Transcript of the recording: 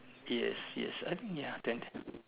yes yes eh ya then